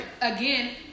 again